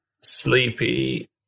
Sleepy